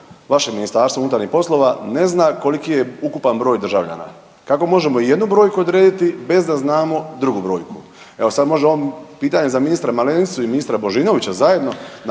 vaše Ministarstvo unutarnjih poslova ne zna koliki je ukupan broj državljana. Kako možemo jednu brojku odrediti bez da znamo drugu brojku. Evo, sad može odma pitanje za ministra Malenicu i ministra Božinovića zajedno,